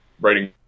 writing